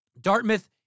Dartmouth